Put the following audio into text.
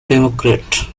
democrat